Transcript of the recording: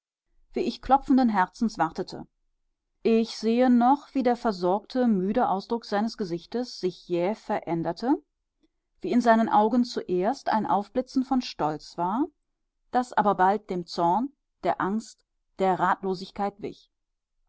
wie ich klopfenden herzens wartete ich sehe noch wie der versorgte müde ausdruck seines gesichtes sich jäh veränderte wie in seinen augen zuerst ein aufblitzen von stolz war das aber bald dem zorn der angst der ratlosigkeit wich